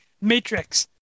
matrix